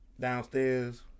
downstairs